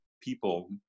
people